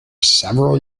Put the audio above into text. several